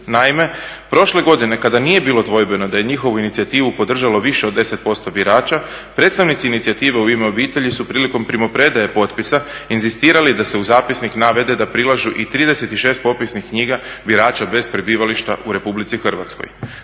Naime, prošle godine kada nije bilo dvojbeno da je njihovu inicijativu podržalo više od 10% birača, predstavnici inicijative u "U ime obitelji" su prilikom primopredaje potpisa inzistirali da se u zapisnik navede da prilažu i 36 popisnih knjiga birača bez prebivališta u RH.